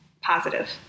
positive